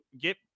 get